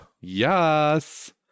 yes